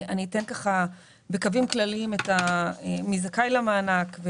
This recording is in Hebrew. אני אומר עכשיו בקווים כלליים מי זכאי למענק,